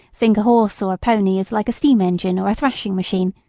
think a horse or pony is like a steam-engine or a thrashing-machine,